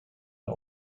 der